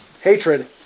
Hatred